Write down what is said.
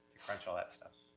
crunch all that stuff.